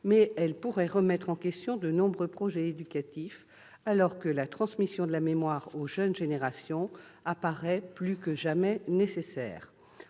mais elle pourrait remettre en question de nombreux projets éducatifs, alors que la transmission de la mémoire aux jeunes générations apparaît plus que jamais nécessaire.